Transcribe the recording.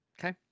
Okay